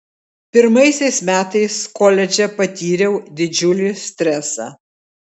pirmaisiais metais koledže patyriau didžiulį stresą